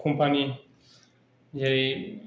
company जेरै